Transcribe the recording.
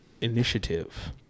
initiative